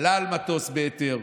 עלה על מטוס בהיתר,